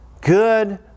good